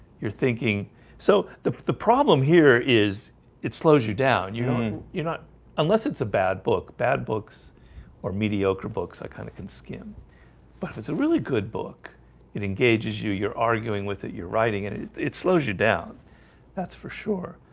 you're thinking so the the problem here is it slows you down, you know you're not unless it's a bad book bad books or mediocre books i kind of can skim but it's a really good book it engages you you're arguing with it. you're writing and it it slows you down that's for sure.